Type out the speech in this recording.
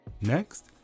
Next